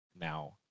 Now